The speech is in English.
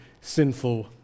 sinful